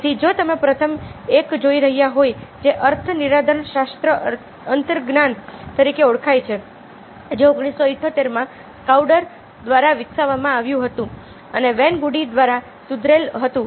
તેથી જો તમે પ્રથમ એક જોઈ રહ્યા હોય જે અર્થનિર્ધારણ શાસ્ત્ર અંતર્જ્ઞાન તરીકે ઓળખાય છે જે 1978માં સ્કાઉડર દ્વારા વિકસાવવામાં આવ્યું હતું અને વેન ગુંડી દ્વારા સુધારેલ હતું